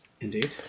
Indeed